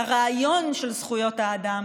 לרעיון של זכויות האדם.